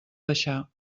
baixar